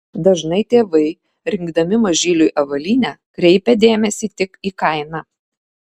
dažnai tėvai rinkdami mažyliui avalynę kreipia dėmesį tik į kainą